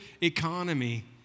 economy